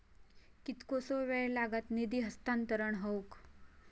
कितकोसो वेळ लागत निधी हस्तांतरण हौक?